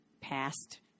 past